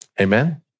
Amen